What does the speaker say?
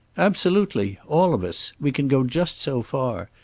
absolutely. all of us. we can go just so far.